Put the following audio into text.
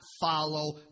follow